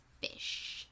fish